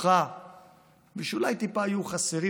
אותך ושאולי טיפה היו חסרים,